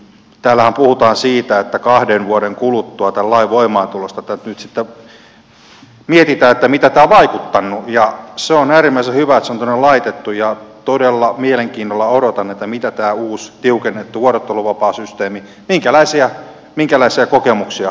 täällähän puhutaan siitä että kahden vuoden kuluttua tämän lain voimaantulosta tätä nyt sitten mietitään mitä tämä on vaikuttanut ja se on äärimmäisen hyvä että se on tuonne laitettu ja todella mielenkiinnolla odotan mitä tämä uusi tiukennettu vuorotteluvapaasysteemi tuo mukanaan minkälaisia kokemuksia